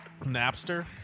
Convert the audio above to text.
Napster